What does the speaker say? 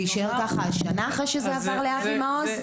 אחרי שזה עבר לאבי מעוז?